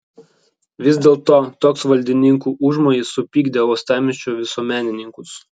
vis dėlto toks valdininkų užmojis supykdė uostamiesčio visuomenininkus